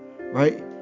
right